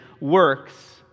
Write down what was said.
works